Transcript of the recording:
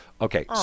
Okay